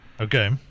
Okay